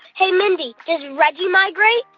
hey, mindy, reggie migrate?